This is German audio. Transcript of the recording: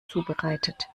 zubereitet